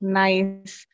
nice